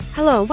Hello